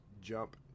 jump